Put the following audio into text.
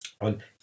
on